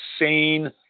insane